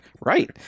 Right